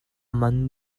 man